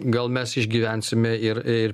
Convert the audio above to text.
gal mes išgyvensime ir ir